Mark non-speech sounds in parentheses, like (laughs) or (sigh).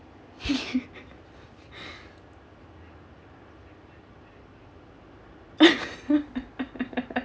(laughs) (laughs)